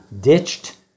ditched